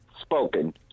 spoken